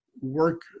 work